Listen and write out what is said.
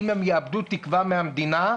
אם הם יאבדו תקווה מהמדינה,